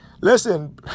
Listen